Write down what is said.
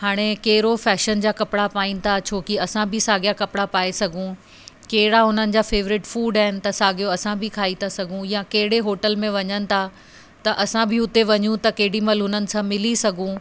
हाणे कहिड़ो फैशन जा कपिड़ा पाइनि था छोकी असां बि साॻिया कपिड़ा पाए सघूं कहिड़ा उन्हनि जा फेवरेट फूड आहिनि त साॻियो असां बि खाई था सघूं या कहिड़े होटल में वञनि था त असां बि हुते वञूं त केॾी महिल हुननि सां मिली सघूं